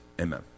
amen